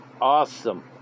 Awesome